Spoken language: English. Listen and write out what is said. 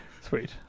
Sweet